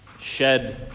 shed